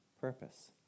purpose